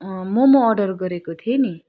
momo order गरेको थिएँ नि